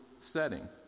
setting